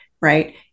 right